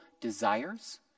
desires